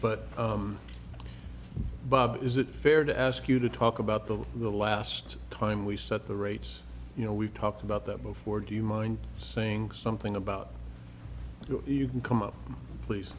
but bob is it fair to ask you to talk about the the last time we set the rates you know we've talked about that before do you mind saying something about you can come up please